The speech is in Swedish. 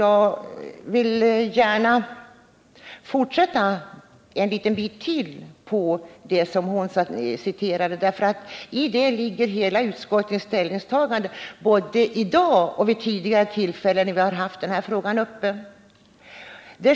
Jag vill gärna fortsätta det citatet en liten bit; i det ligger hela utskottets ställningstagande, både i dag och vid tidigare tillfällen då den här frågan varit uppe.